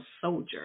soldier